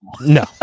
no